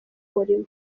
murimo